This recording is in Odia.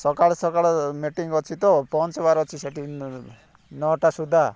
ସକାଳୁ ସକାଳୁ ମିଟିଙ୍ଗ୍ ଅଛି ତ ପହଞ୍ଚିବାର ଅଛି ସେଠି ନଅଟା ସୁଦ୍ଧା